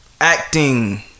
acting